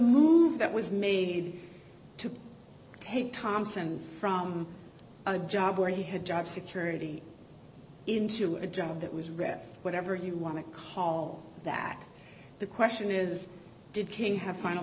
move that was made to take thomson from a job where he had job security into a job that was read whatever you want to call back the question is did king have final